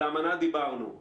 האמנה מבחינתנו מוכנה.